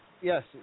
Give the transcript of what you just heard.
Yes